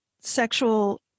sexual